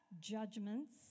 judgments